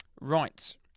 Right